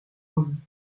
món